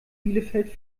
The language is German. bielefeld